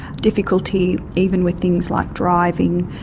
difficulty even with things like driving,